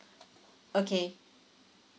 okay